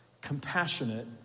compassionate